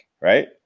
right